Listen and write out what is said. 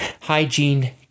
hygiene